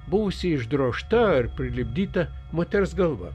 buvusi išdrožta ar prilipdyta moters galva